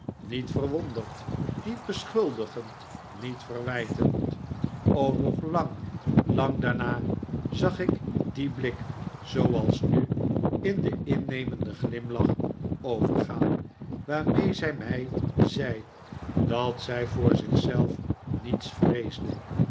niet verwonderd niet beschuldigend niet verwijtend o nog lang lang daarna zag ik dien blik zooals nu in den innemenden glimlach overgaan waarmee zij mij zei dat zij voor zich zelf niets vreesde